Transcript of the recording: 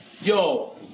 Yo